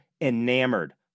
enamored